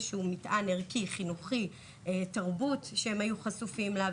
שהוא מטען ערכי וחינוכי; תרבות שהם היו חשופים לה,